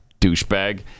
douchebag